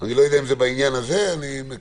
אני לא יודע אם זה בעניין הזה, אני מקווה.